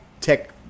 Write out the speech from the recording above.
tech